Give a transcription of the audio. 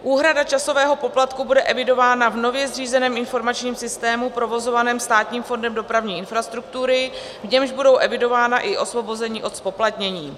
Úhrada časového poplatku bude evidována v nově zřízeném informačním systému provozovaném Státním fondem dopravní infrastruktury, v němž budou evidována i osvobození od zpoplatnění.